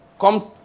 come